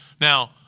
Now